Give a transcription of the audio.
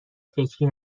فکری